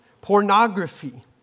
pornography